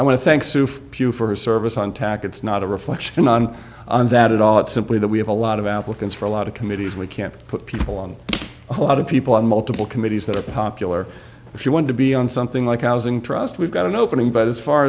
pugh for his service on tac it's not a reflection on that at all it's simply that we have a lot of applicants for a lot of committees we can't put people on a lot of people on multiple committees that are popular if you want to be on something like housing trust we've got an opening but as far